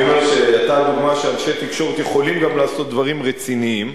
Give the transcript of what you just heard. אני אומר שאתה דוגמה שאנשי תקשורת יכולים גם לעשות דברים רציניים,